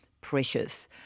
precious